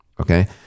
Okay